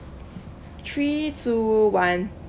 three two one